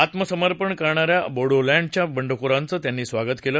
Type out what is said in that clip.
आत्मसमर्पण करणाऱ्या बोडोलँडच्या बंडखोरांचं त्यांनी स्वागत केलं